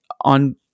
on